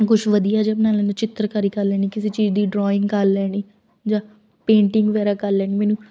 ਕੁਛ ਵਧੀਆ ਜਿਹਾ ਬਣਾ ਲੈਣਾ ਚਿੱਤਰਕਾਰੀ ਕਰ ਲੈਣੀ ਕਿਸੇ ਚੀਜ਼ ਦੀ ਡਰੋਇੰਗ ਕਰ ਲੈਣੀ ਜਾਂ ਪੇਂਟਿੰਗ ਵਗੈਰਾ ਕਰ ਲੈਣੀ ਮੈਨੂੰ